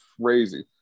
crazy